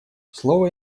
слово